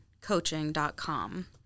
coaching.com